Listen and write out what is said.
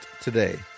today